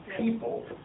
people